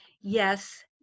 Yes